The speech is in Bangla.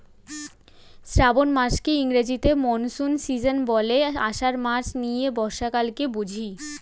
শ্রাবন মাসকে ইংরেজিতে মনসুন সীজন বলে, আষাঢ় মাস নিয়ে বর্ষাকালকে বুঝি